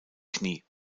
knie